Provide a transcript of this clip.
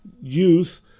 youth